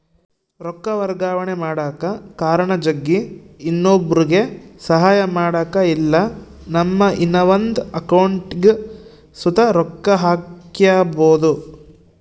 ರೊಕ್ಕ ವರ್ಗಾವಣೆ ಮಾಡಕ ಕಾರಣ ಜಗ್ಗಿ, ಇನ್ನೊಬ್ರುಗೆ ಸಹಾಯ ಮಾಡಕ ಇಲ್ಲಾ ನಮ್ಮ ಇನವಂದ್ ಅಕೌಂಟಿಗ್ ಸುತ ರೊಕ್ಕ ಹಾಕ್ಕ್ಯಬೋದು